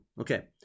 Okay